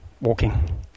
walking